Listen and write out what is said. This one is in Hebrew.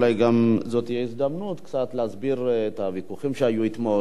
אולי גם זאת הזדמנות קצת להסביר את הוויכוחים שהיו אתמול.